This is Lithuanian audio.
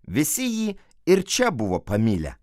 visi jį ir čia buvo pamilę